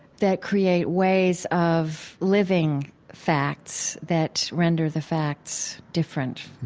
that create ways of living facts that render the facts different.